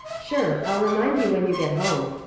sure. i'll remind you when you get home.